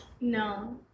No